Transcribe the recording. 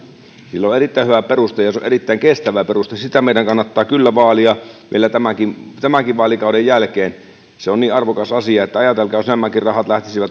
niille on erittäin hyvä peruste ja se on erittäin kestävä peruste sitä meidän kannattaa kyllä vaalia vielä tämänkin vaalikauden jälkeen se on niin arvokas asia että ajatelkaa jos nämäkin rahat